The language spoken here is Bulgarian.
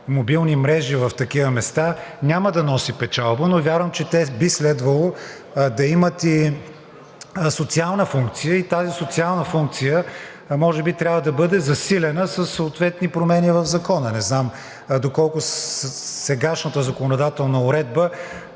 мобилни мрежи в такива места няма да носи печалба, но вярвам, че те би следвало да имат и социална функция, и тази социална функция може би трябва да бъде засилена със съответни промени в Закона. Не знам доколко сегашната законодателна уредба